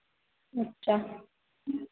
अच्छा